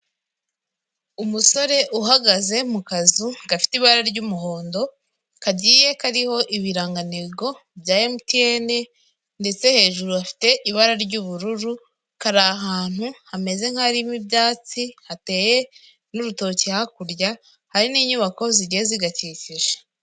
Umusore uhagaze mu kazu gafite ibara ry'umuhondo, kagiye kariho ibirangantego bya MTN ndetse hejuru hafite ibara ry'ubururu, kari ahantu hameze nk'aharimo ibyatsi, hateye n'urutoki, hakurya hari n'inyubako zigiye zigakikije.